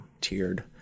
tiered